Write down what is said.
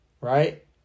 right